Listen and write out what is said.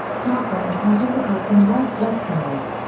darker and more difficult than white blood cells.